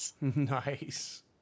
Nice